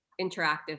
interactive